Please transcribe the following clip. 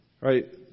Right